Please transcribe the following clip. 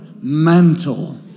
mantle